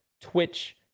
Twitch